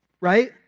right